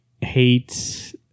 hate